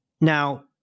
Now